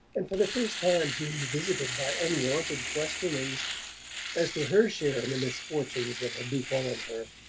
and for the first time she was visited by unwonted questionings as to her share in the misfortunes that had befallen her.